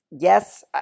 yes